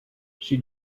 she